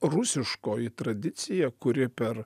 rusiškoji tradicija kuri per